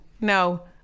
No